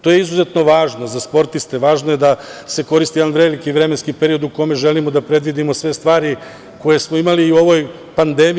To je izuzetno važno za sportiste, važno je da se koristi jedan veliki vremenski period u kome želimo da predvidimo sve stvari koje smo imali i u ovoj pandemiji.